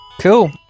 Cool